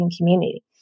community